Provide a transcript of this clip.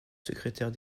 secrétaire